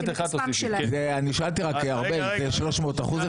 סעיף (י) מדבר על הדרכים לקבלת התרומה.